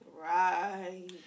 Right